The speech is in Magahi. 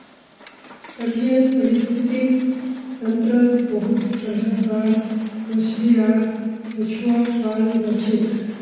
तटीय परिस्थितिक तंत्रत बहुत तरह कार मछली आर कछुआ पाल जाछेक